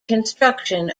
construction